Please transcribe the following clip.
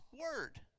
Word